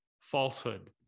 falsehood